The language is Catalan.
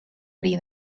bri